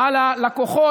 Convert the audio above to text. על הלקוחות.